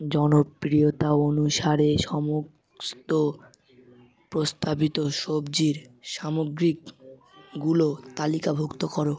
জনপ্রিয়তা অনুসারে সমস্ত প্রস্তাবিত সবজির সামগ্রীগুলো তালিকাভুক্ত করো